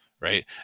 right